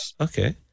okay